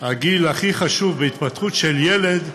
הגיל הכי חשוב בהתפתחות של הילד,